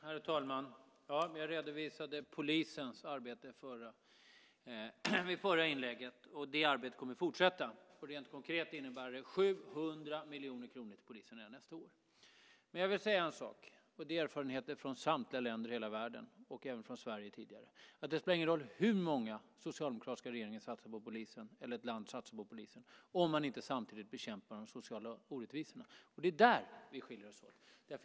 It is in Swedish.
Herr talman! I mitt förra inlägg redovisade jag polisens arbete. Det arbetet kommer att fortsätta. Rent konkret innebär det 700 miljoner kronor till polisen även nästa år. Erfarenheter från samtliga länder i hela världen, så även från Sverige, visar att det inte spelar någon roll hur mycket en socialdemokratisk regering eller ett land satsar på polisen om man inte samtidigt bekämpar de sociala orättvisorna. Det är där vi skiljer oss åt.